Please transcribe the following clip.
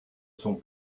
sont